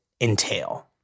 entail